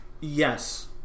yes